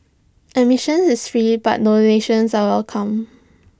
admission is free but donations are welcome